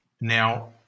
Now